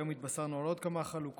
היום התבשרנו על עוד כמה חלוקות,